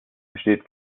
besteht